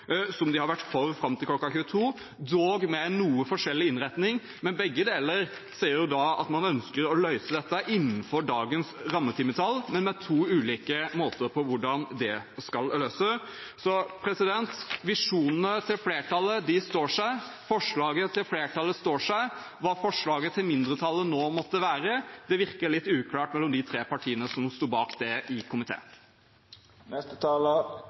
som de har vært for fram til kl. 22, dog med en noe forskjellig innretning. Begge deler sier at man ønsker å løse dette innenfor dagens rammetimetall, men på to ulike måter. Visjonene til flertallet står seg. Forslaget til flertallet står seg. Hva forslaget til mindretallet nå måtte være, virker litt uklart mellom de tre partiene som sto bak det i